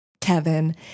Kevin